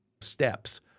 steps –